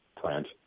plant